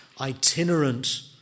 itinerant